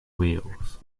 wheels